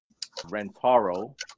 Rentaro